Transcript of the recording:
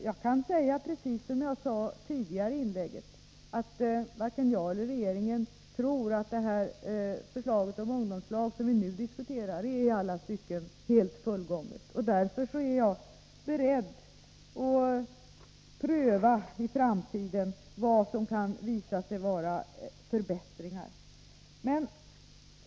Jag kan säga, precis som jag sade i tidigare inlägg, att varken jag eller regeringen tror att detta förslag om ungdomslag som vi nu diskuterar är i alla stycken helt fullgånget. Därför är jag också beredd att i framtiden pröva vad som kan visa sig vara förbättringar.